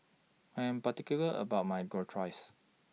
I Am particular about My Gyros